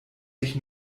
dich